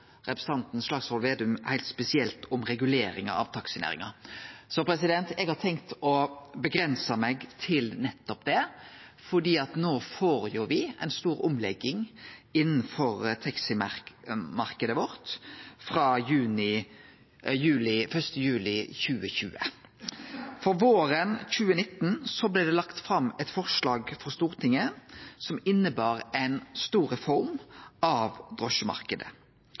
representanten Slagvold Vedum heilt spesielt om reguleringa av taxinæringa, så eg har tenkt å avgrense meg til nettopp det, fordi vi no får ei stor omlegging innanfor taximarknaden frå 1. juli 2020. Våren 2019 blei det lagt fram eit forslag for Stortinget som innebar ei stor reform av